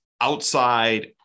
outside